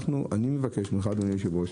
אני מבקש ממך, אדוני היושב-ראש,